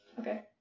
Okay